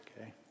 Okay